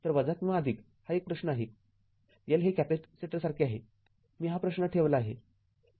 तर किंवा हा एक प्रश्न आहे L हे कॅपेसिटरसारखे आहे मी हा प्रश्न ठेवला आहे